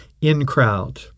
in-crowd